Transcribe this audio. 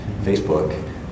Facebook